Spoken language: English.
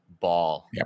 Ball